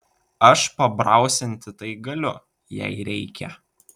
aš pabrausinti tai galiu jei reikia